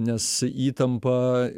nes įtampa